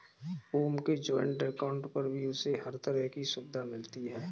ओम के joint account पर भी उसे हर तरह की सुविधा मिलती है